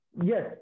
yes